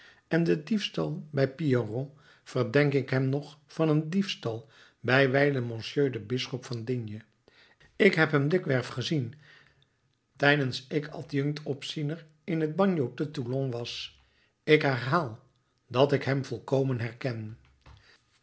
en den diefstal bij pierron verdenk ik hem nog van een diefstal bij wijlen monseigneur den bisschop van d ik heb hem dikwerf gezien tijdens ik adjunct opziener in het bagno te toulon was ik herhaal dat ik hem volkomen herken